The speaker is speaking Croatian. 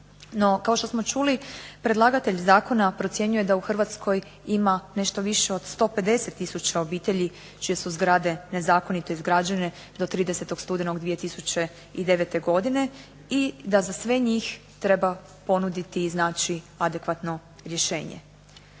kao što smo čuli, predlagatelj zakona procijenio je da u Hrvatskoj ima nešto više od 150 tisuća obitelji čije su zgrade nezakonito izgrađene do 30. studenog 2009. godine i da za sve njih treba ponuditi znači adekvatno rješenje.